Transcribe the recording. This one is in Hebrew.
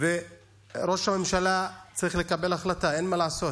ראש הממשלה צריך לקבל החלטה, אין מה לעשות.